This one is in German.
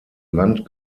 land